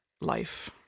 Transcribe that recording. life